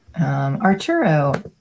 Arturo